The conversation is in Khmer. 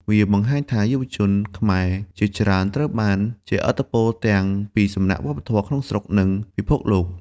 វាបង្ហាញថាយុវជនខ្មែរជាច្រើនត្រូវបានជះឥទ្ធិពលទាំងពីសំណាក់វប្បធម៌ក្នុងស្រុក និងពិភពលោក។